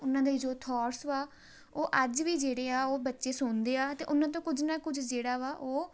ਉਹਨਾਂ ਦਾ ਥੋਟਸ ਵਾ ਉਹ ਅੱਜ ਵੀ ਜਿਹੜੇ ਆ ਉਹ ਬੱਚੇ ਸੁਣਦੇ ਆ ਅਤੇ ਉਹਨਾਂ ਤੋਂ ਕੁਝ ਨਾ ਕੁਝ ਜਿਹੜਾ ਵਾ ਉਹ